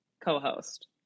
co-host